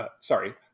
sorry